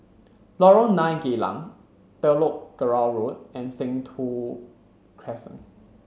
Lorong nine Geylang Telok Kurau Road and Sentul Crescent